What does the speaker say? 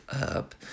up